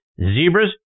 Zebras